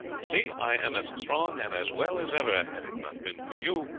see, i am as strong and as well as ever. had it not been for you,